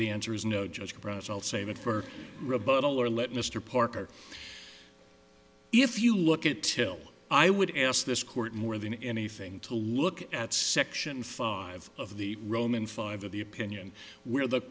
the answer is no judge brown's i'll save it for rebuttal or let mr parker if you look at till i would ask this court more than anything to look at section five of the roman five of the opinion where the